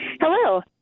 Hello